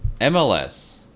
MLS